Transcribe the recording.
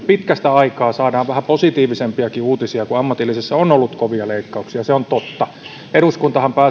pitkästä aikaa saadaan vähän positiivisempiakin uutisia kun ammatillisessa on ollut kovia leikkauksia se on totta eduskuntahan